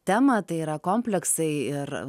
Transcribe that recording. temą tai yra kompleksai ir